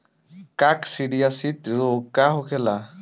काकसिडियासित रोग का होखेला?